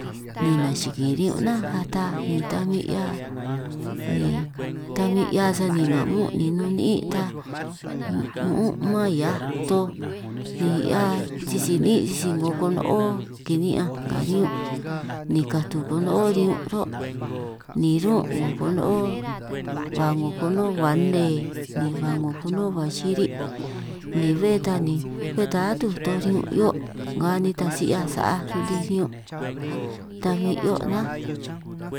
Ni nachikin riñun nnánj ata ni ta bin 'hia ni ta bin 'hia sani nga muún', ni nun niín ta mu'ún man hiaj toj, ni 'hia sisi niín sisi 'ngo kono'ó kini'ñanj nga riñun' ni katu 'ngo kono'ó riñun' ruhuó', ni rún' 'ngo kono'ó ba 'ngo kono'ó ba nne ni ba 'ngo kono'ó ba xiri', ni bé ta ni bé ta atúj toj riñun' 'hio' nga nitaj si 'hiaj sa'aj runtij riñun' ta bin 'hio' nnánj.